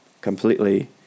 completely